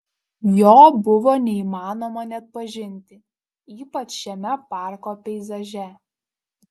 jo buvo neįmanoma neatpažinti ypač šiame parko peizaže